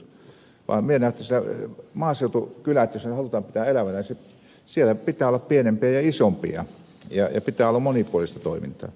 minä näen asian niin että jos maaseutukylät halutaan pitää elävinä siellä pitää olla pienempiä ja isompia ja pitää olla monipuolista toimintaa